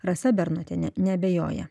rasa bernotienė neabejoja